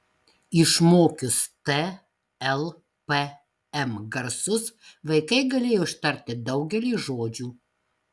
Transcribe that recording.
išmokius t l p m garsus vaikai galėjo ištarti daugelį žodžių